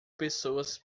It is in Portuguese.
pessoas